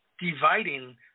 dividing